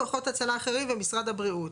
כוחות הצלה אחרים ומשרד הבריאות'.